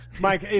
Mike